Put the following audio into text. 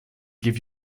give